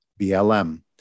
BLM